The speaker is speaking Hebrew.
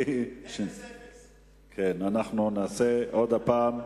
אנחנו נעשה עוד פעם.